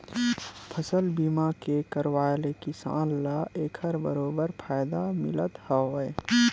फसल बीमा के करवाय ले किसान ल एखर बरोबर फायदा मिलथ हावय